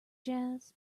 jazz